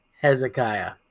Hezekiah